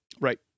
Right